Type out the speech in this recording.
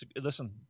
Listen